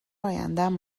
ایندم